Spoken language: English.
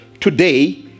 today